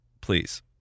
Please